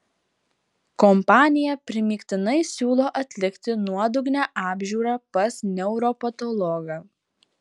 kompanija primygtinai siūlo atlikti nuodugnią apžiūrą pas neuropatologą